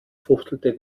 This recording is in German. fuchtelte